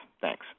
Thanks